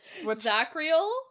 Zachriel